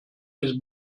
ist